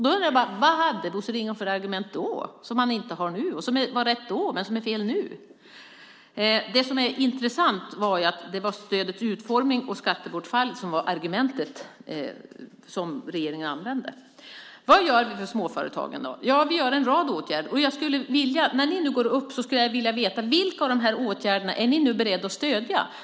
Då undrar jag bara: Vad hade Bosse Ringholm för argument då som han inte har nu och som var rätt då men som är fel nu? Det som är intressant är ju att det var stödets utformning och skattebortfallet som var argumentet, som regeringen använde. Vad gör vi då för småföretagen? Ja, vi gör en rad åtgärder. Och när ni nu går upp i debatten skulle jag vilja veta vilka av de här åtgärderna som ni är beredda att stödja.